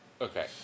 Okay